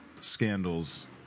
scandals